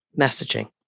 messaging